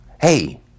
hey